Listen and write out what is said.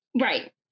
right